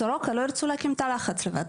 סורוקה לא ירצו להקים תא לחץ לבד.